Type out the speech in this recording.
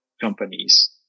companies